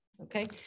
Okay